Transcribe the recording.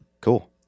cool